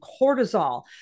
cortisol